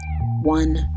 One